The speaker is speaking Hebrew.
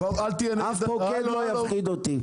אף פוקד לא יפחיד אותי.